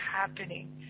happening